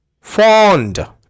Fond